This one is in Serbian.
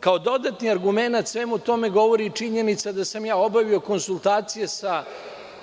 Kao dodatni argumenat tome govori i činjenica da sam obavio konsultacije sa